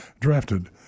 drafted